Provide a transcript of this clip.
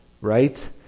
right